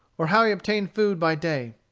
or how he obtained food by day.